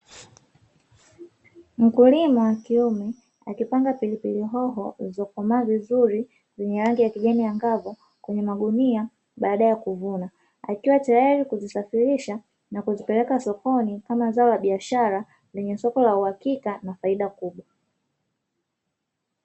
Mkulima wa kiume, akipanda pilipilihoho, zilizokomaa vizuri; zenye rangi ya kijani angavu kwenye magunia baada ya kuvuna, akiwa tayari kuzisafirisha na kuzipeleka sokoni, kama zao la biashara zenye soko la uhakika na faida kubwa.